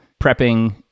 prepping